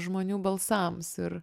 žmonių balsams ir